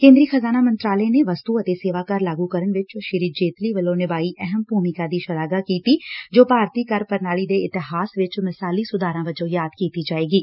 ਕੇਂਦਰੀ ਖ਼ਜ਼ਾਨਾ ਮੰਤਰਾਲੇ ਨੇ ਵਸਤੁ ਅਤੇ ਸੇਵਾ ਕਰ ਲਾਗੁ ਕਰਨ ਵਿਚ ਸ੍ਰੀ ਜੇਤਲੀ ਵੱਲੋਂ ਨਿਭਾਈ ਅਹਿਮ ਭੁਮਿਕਾ ਦੀ ਸ਼ਲਾਘਾ ਕੀਤੀ ਜੋ ਭਾਰਤੀ ਕਰ ਪ੍ਰਣਾਲੀ ਦੇ ਇਤਿਹਾਸ ਵਿਚ ਮਿਸਾਲੀ ਸੁਧਾਰਾਂ ਵੱਜੋ ਯਾਦ ਕੀਤੀ ਜਾਏਗੀ